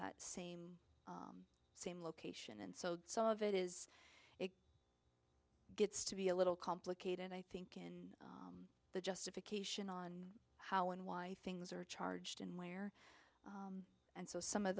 that same same location and so some of it is it gets to be a little complicated i think the justification on how and why things are charged and where and so some of